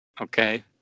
Okay